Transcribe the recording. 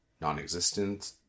non-existent